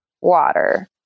water